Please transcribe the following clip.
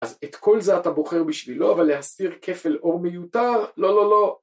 אז את כל זה אתה בוחר בשבילו, אבל להסתיר כפל אור מיותר? לא, לא, לא.